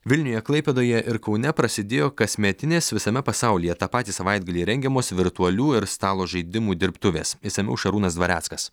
vilniuje klaipėdoje ir kaune prasidėjo kasmetinės visame pasaulyje tą patį savaitgalį rengiamos virtualių ir stalo žaidimų dirbtuvės išsamiau šarūnas dvareckas